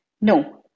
No